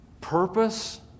purpose